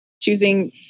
choosing